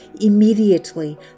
immediately